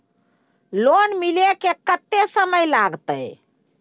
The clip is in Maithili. लोन मिले में कत्ते समय लागते?